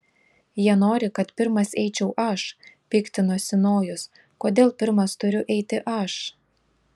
jie nori kad pirmas eičiau aš piktinosi nojus kodėl pirmas turiu eiti aš